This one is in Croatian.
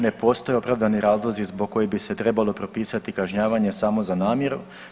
Ne postoje opravdani razlozi zbog kojih bi se trebalo propisati kažnjavanje samo za namjeru.